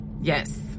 Yes